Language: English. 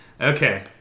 okay